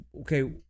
okay